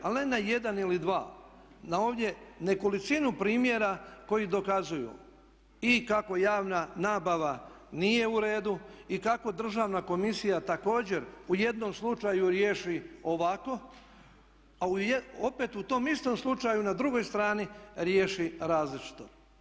Ali ne na jedan ili dva, na ovdje nekolicinu primjera koji dokazuju i kako javna nabava nije u redu i kako Državna komisija također u jednom slučaju riješi ovako, a opet u tom istom slučaju na drugoj strani riješi različito.